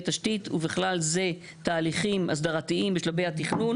תשתית ובכלל זה תהליכים אסדרתיים בשלבי התכנון".